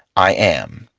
i am.